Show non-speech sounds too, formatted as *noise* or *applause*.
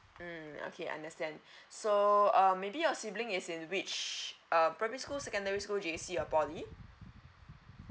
mm okay understand *breath* so um maybe your sibling is in which uh primary school secondary school J C or poly